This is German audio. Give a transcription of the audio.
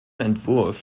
entwurf